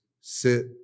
sit